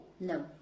No